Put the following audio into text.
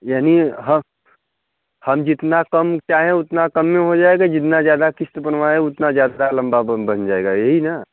यानि हम जितना कम चाहें उतना कम में हो जाएगा जितना ज़्यादा किस्त बनवाऍं उतना ज़्यादा लम्बा बन जाएगा यही ना